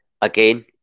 again